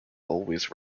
always